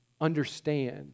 understand